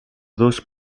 dos